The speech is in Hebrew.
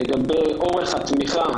לגבי משך התמיכה